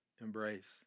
embrace